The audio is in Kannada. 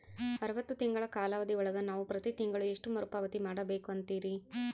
ಅರವತ್ತು ತಿಂಗಳ ಕಾಲಾವಧಿ ಒಳಗ ನಾವು ಪ್ರತಿ ತಿಂಗಳು ಎಷ್ಟು ಮರುಪಾವತಿ ಮಾಡಬೇಕು ಅಂತೇರಿ?